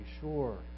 sure